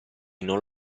non